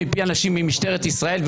מפי אנשים ממשטרת ישראל,